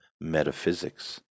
metaphysics